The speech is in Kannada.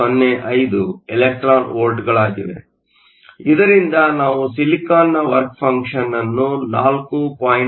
ಆದ್ದರಿಂದ ಇದರಿಂದ ನಾವು ಸಿಲಿಕಾನ್ನ ವರ್ಕ್ ಫಂಕ್ಷನ್ ಅನ್ನು 4